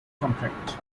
contact